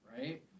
right